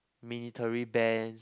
military bands